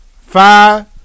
Five